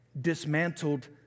dismantled